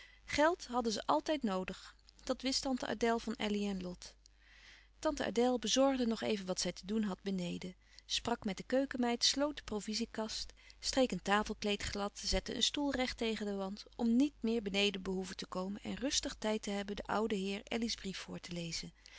geld hadden ze altijd noodig dat wist tante adèle van elly en lot tante adèle bezorgde nog even wat zij te doen had beneden sprak met de keukenmeid sloot de proviziekast streek een tafelkleed glad zette een stoel recht tegen den wand om niet meer beneden behoeven te komen en rustig tijd te hebben den ouden heer elly's brief voor te lezen